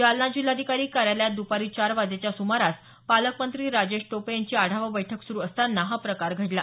जालना जिल्हाधिकारी कार्यालयात दुपारी चार वाजेच्या सुमारास पालकमंत्री राजेश टोपे यांची आढावा बैठक सुरू असताना हा प्रकार घडला